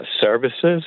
services